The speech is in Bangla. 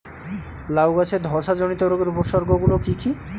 লাউ গাছের ধসা জনিত রোগের উপসর্গ গুলো কি কি?